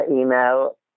email